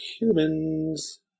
humans